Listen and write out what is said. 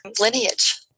lineage